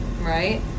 Right